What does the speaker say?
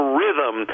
rhythm